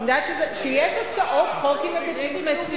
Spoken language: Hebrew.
שיש הצעות חוק עם היבטים חיוביים.